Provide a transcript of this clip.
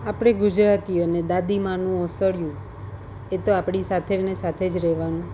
આપણી ગુજરાતી અને દાદીમાનું ઓસડિયું એ તો આપણી સાથે ને સાથે જ રહેવાનું